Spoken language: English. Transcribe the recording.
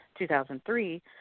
2003